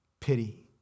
pity